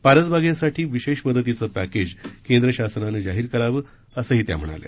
परसबागेसाठी विशेष मदतीचे पॅकेज केंद्र शासनाने जाहीर करावं असंही त्या म्हणाल्या